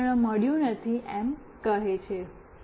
કોઈ ઉપકરણ મળ્યું નથી એમ કહે છે